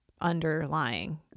underlying